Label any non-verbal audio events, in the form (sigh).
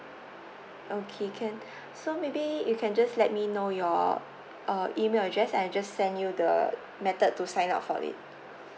okay can (breath) so maybe you can just let me know your uh email address I'll just send you the method to sign up for it